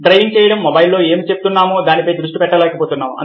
driving చేయడం మొబైల్లో ఏం చెబుతున్నామో దానిపై దృష్టి పెట్టలేకపోతున్నాం